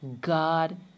God